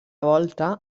volta